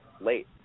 late